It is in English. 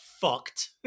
Fucked